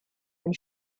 and